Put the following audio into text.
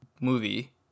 movie